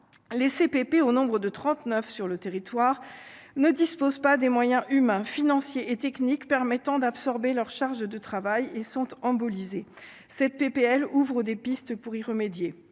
les CPP, au nombre de 39 sur le territoire ne dispose pas des moyens humains, financiers et techniques permettant d'absorber leur charge de travail, ils sont eux en Bolivie cette PPL ouvrent des pistes pour y remédier,